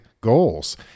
goals